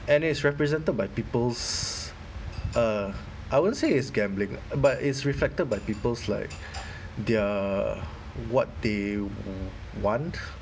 and it is represented by people's uh I wouldn't say it's gambling lah but is reflected by people's like their what they want